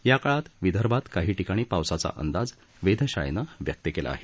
याकाळात विदर्भात काही ठिकाणी पावसाचा अंदाज वेधशाळेनं व्यक्त केला आहे